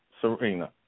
Serena